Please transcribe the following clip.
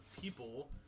people